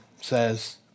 says